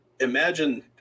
imagine